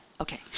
Okay